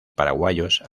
paraguayos